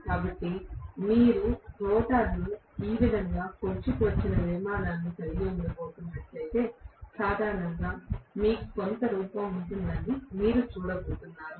కాబట్టి మీరు రోటర్ ఈ విధంగా పొడుచుకు వచ్చిన నిర్మాణాన్ని కలిగి ఉండబోతున్నట్లయితే సాధారణంగా మీకు కొంత రూపం ఉంటుందని మీరు చూడబోతున్నారు